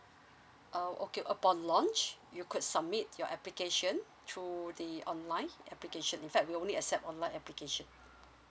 oh okay upon launch you could submit your application through the online application in fact we only accept online application